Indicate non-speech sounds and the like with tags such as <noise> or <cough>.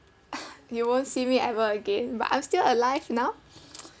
<laughs> you won't see me ever again but I'm still alive now